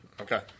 Okay